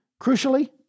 Crucially